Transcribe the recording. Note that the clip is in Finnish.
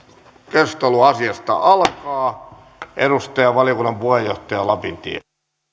keskustelu asiasta alkaa edustaja valiokunnan puheenjohtaja lapintie